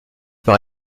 par